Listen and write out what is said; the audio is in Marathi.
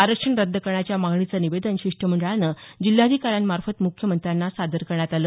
आरक्षण रद्द करण्याच्या मागणीचं निवेदन शिष्टमंडळानं जिल्हाधिकाऱ्यांमार्फत मुख्यमंत्र्यांना सादर करण्यात आल